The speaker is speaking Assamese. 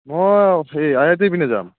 মই এই আই আই টিৰ পিনে যাম